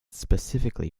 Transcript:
specifically